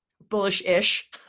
Bullish-ish